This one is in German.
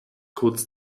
kurz